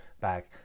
back